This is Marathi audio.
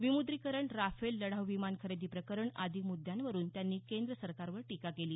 विमुद्रीकरण राफेल लढाऊ विमान खरेदी प्रकरण आदी मुद्यांवरून त्यांनी केंद्र सरकारवर टीका केली